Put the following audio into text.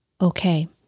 Okay